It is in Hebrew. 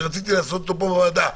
שרציתי לעשות אותו פה בוועדה,